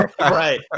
right